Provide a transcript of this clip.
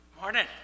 Morning